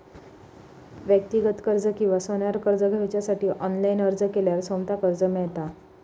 व्यक्तिगत कर्ज किंवा सोन्यार कर्ज घेवच्यासाठी ऑनलाईन अर्ज केल्यार सोमता कर्ज मेळता